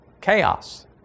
chaos